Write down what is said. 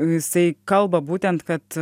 jisai kalba būtent kad